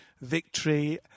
victory